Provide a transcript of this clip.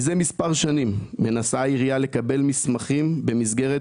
מזה מספר שנים מנסה העירייה לקבל מכרזים במסגרת